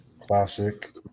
Classic